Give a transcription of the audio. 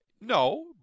No